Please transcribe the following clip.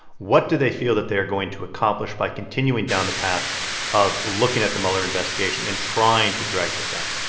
what do they feel that they are going to accomplish by continuing down the path of looking at the muller investigation and trying to drag this out?